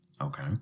Okay